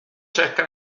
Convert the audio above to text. cerca